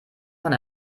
von